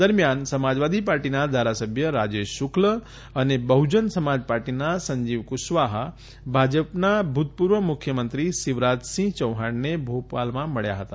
દરમિયાન સમાજવાદી પાર્ટીના ધારાસભ્ય રાજેશ શુકલ અને બહ્જન સમાજપાર્ટીના સંજીવ કુશવાહા ભાજપના ભૂતપૂર્વ મુખ્યમંત્રી શિવરાજસિંહ ચૌહાણને ભોપાલમાં મબ્યા હતા